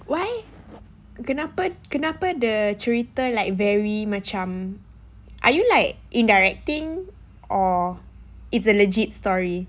why kenapa kenapa the cerita like very macam are you like indirecting or it's a legit story